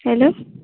hello